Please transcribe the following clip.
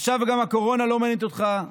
עכשיו גם הקורונה לא מעניינת אותך,